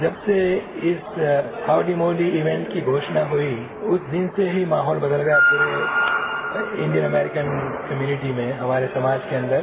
जब से इस हाउडी मोदी इवेंट की घोषणा हुई उस दिन से ही माहौल बदल गया पूरे इंडियन अगरीकन कम्युनिटी में हमारे समाज के अंदर